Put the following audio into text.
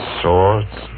swords